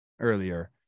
earlier